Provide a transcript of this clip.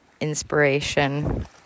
inspiration